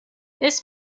this